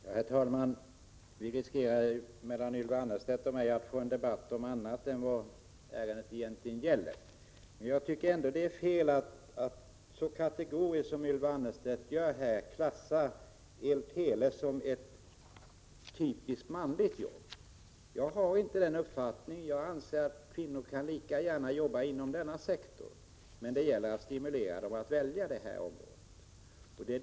Det är en risk för att debatten mellan Ylva Annerstedt och mig kommer att handla om något annat än vad ärendet egentligen gäller. Det är fel att så kategoriskt som Ylva Annerstedt klassa el—tele-området som typiskt manligt. Jag har inte den uppfattningen. Jag anser att kvinnor lika gärna kan jobba inom denna sektor — men det gäller att stimulera dem att välja det området.